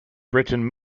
britain